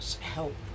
help